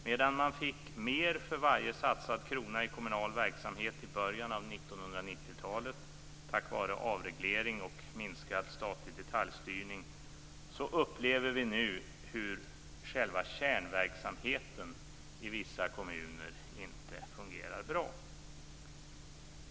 Medan man fick mera för varje satsad krona i kommunal verksamhet i början av 1990-talet, tack vare avreglering och minskad statlig detaljstyrning, upplever vi nu att själva kärnverksamheten i vissa kommuner inte fungerar bra.